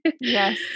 Yes